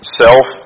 self